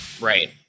Right